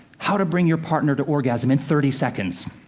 how to bring your partner to orgasm in thirty seconds.